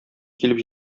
килеп